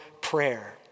prayer